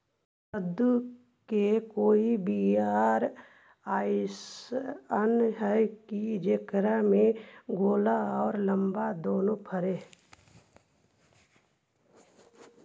कददु के कोइ बियाह अइसन है कि जेकरा में गोल औ लमबा दोनो फरे?